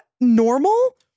normal